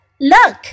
Look